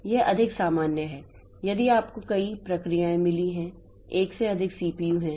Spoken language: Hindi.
यह अधिक सामान्य है यदि आपको कई प्रक्रियाएं मिली हैं एक से अधिक सीपीयू हैं